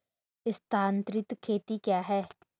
स्थानांतरित खेती क्या है?